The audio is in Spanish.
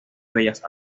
bellas